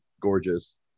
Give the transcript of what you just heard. gorgeous